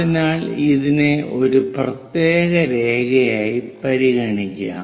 അതിനാൽ ഇതിനെ ഒരു പ്രത്യേക രേഖയായി പരിഗണിക്കാം